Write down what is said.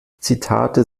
zitate